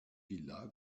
villa